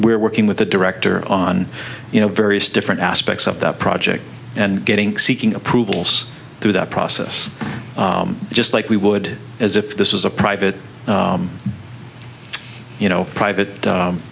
we're working with the director on you know various different aspects of that project and getting seeking approvals through that process just like we would as if this was a private you know private